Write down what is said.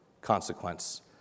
consequence